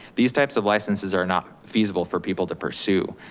these types of licenses are not feasible for people to pursue.